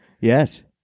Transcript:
Yes